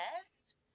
best